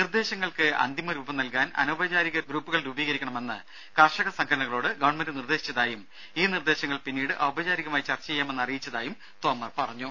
നിർദേശങ്ങൾക്ക് അന്തിമ രൂപം നൽകാൻ അനൌപചാരിക ഗ്രൂപ്പുകൾ രൂപീകരിക്കണമെന്ന് കർഷക സംഘടനകളോട് ഗവൺമെന്റ് നിർദേശിച്ചതായും ഈ നിർദേശങ്ങൾ പിന്നീട് ഔപചാരികമായി ചർച്ച ചെയ്യാമെന്ന് അറിയിച്ചതായും തോമർ പറഞ്ഞു